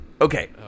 Okay